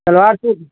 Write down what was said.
salwar suit